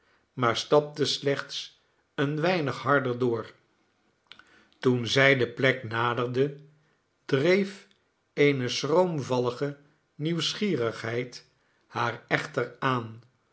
maar stapte slechts een weinig harder door toen zij de plek naderde dreef eene schroomvallige nieuwsgierigheid haar echter aan